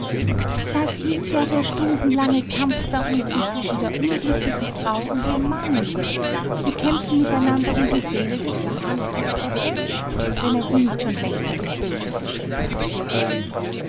das ist ja der stundenlange kampf da unten zwischen der unglücklichen frau und ihrem mann sie kämpfen miteinander um die seele des johann preisgott oetsch wenn er die nicht schon längst an den bösen verschrieben hat